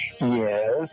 Yes